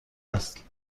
است